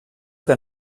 que